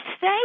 say